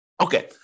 Okay